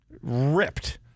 ripped